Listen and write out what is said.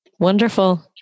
Wonderful